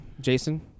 Jason